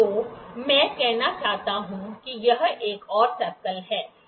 तो मैं कहना चाहता हूं कि यह एक और सर्कल है